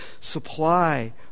supply